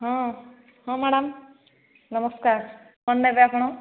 ହଁ ହଁ ମ୍ୟାଡମ୍ ନମସ୍କାର କ'ଣ ନେବେ ଆପଣ